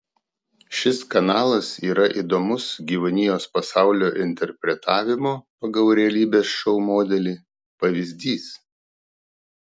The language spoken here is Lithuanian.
šis kanalas yra įdomus gyvūnijos pasaulio interpretavimo pagal realybės šou modelį pavyzdys